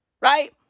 right